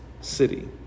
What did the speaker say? city